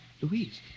Louise